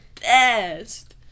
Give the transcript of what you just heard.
best